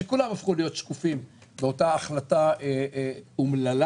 שכולם הפכו להיות שקופים באותה החלטה אומללה.